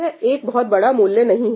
यह एक बहुत बड़ा मूल्य नहीं है